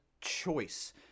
choice